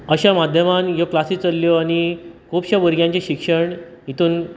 अश्या माध्यमान ह्यो क्लासी चल्ल्यो आनी खुबश्या भुरग्यांचें शिक्षण हेतून